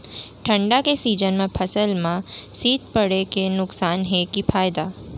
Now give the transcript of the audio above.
ठंडा के सीजन मा फसल मा शीत पड़े के नुकसान हे कि फायदा?